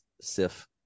sif